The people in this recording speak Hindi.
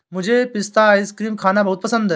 मुझे पिस्ता आइसक्रीम खाना बहुत पसंद है